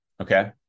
okay